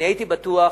אני הייתי בטוח,